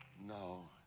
No